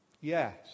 Yes